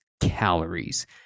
calories